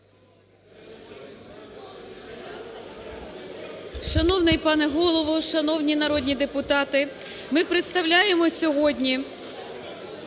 Шановний пане Голово, шановні народні депутати, ми представляємо сьогодні